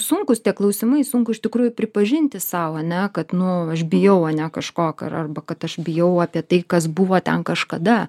sunkūs tie klausimai sunku iš tikrųjų pripažinti sau ane kad nu aš bijau ane kažko ar arba kad aš bijau apie tai kas buvo ten kažkada